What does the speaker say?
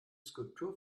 skulptur